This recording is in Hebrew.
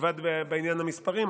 מלבד בעניין המספרים,